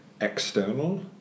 external